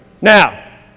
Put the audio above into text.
Now